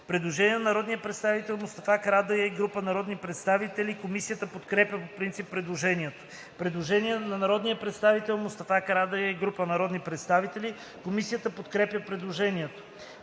Предложение на народния представител Корнелия Нинова и група народни представители. Комисията подкрепя по принцип предложението. Предложение на народния представител Пламен Абровски и група народни представители. Комисията не подкрепя предложението.